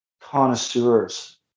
connoisseurs